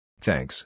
Thanks